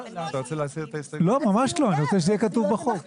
לא, ממש לא, אני רוצה שזה יהיה כתוב בחוק.